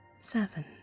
Seven